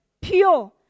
pure